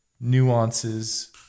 nuances